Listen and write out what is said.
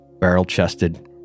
barrel-chested